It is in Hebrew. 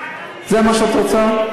רק רציתי, זה מה שאת רוצה?